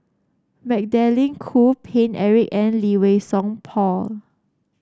Magdalene Khoo Paine Eric and Lee Wei Song Paul